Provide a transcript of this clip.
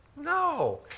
No